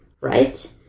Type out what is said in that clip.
right